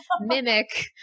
mimic